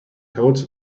coats